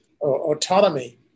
autonomy